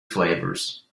flavors